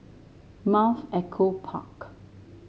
Mount Echo Park